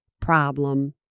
problem